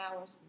hours